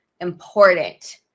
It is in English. important